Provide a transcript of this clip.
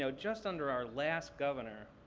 so just under our last governor,